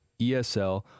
ESL